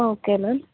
okay ma'am